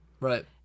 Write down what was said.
Right